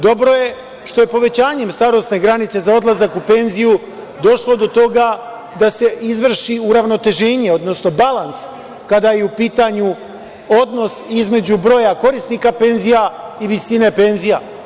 Dobro je što je povećanjem starosne granice za odlazak u penziju došlo do toga da se izvrši uravnoteženje, odnosno balans kada je u pitanju odnos između broja korisnika penzija i visine penzija.